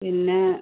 പിന്നെ